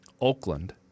Oakland